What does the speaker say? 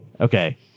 Okay